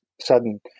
sudden